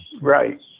Right